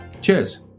Cheers